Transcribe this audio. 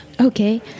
Okay